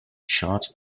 shot